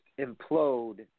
implode